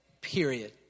Period